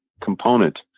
component